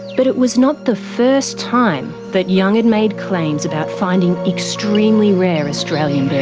but, it was not the first time that young had made claims about finding extremely rare australian birds.